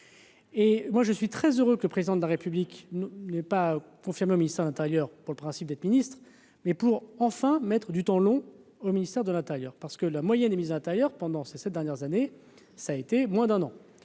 Et moi je suis très heureux que le président de la République n'est pas confirmée au ministère de l'Intérieur pour le principe d'être ministre, mais pour enfin mettre du temps long au ministère de l'Intérieur, parce que la moyenne et mis intérieur pendant ces 7 dernières années, ça a été moins d'un an,